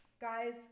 Guys